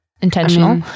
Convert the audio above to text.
intentional